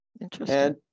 Interesting